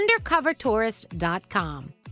UndercoverTourist.com